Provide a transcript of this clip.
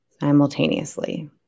simultaneously